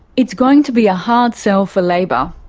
it's going to be a hard sell for labor.